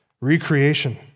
recreation